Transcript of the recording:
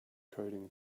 coding